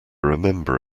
remember